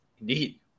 indeed